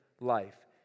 life